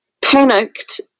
panicked